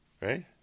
Right